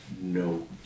No